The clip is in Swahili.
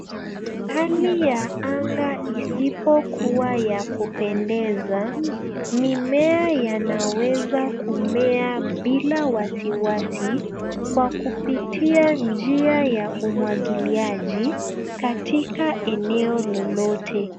Hali ya anga isipokuwa ya kupendeza. Mimea yanaweza kumea bila wasiwasi kwa kupitia njia ya umwagiliaji katika eneo lolote.